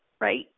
right